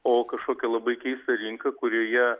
o kažkokia labai keista rinka kurioje